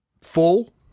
full